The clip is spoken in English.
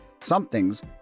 Something's